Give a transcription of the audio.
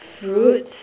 fruits